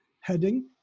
heading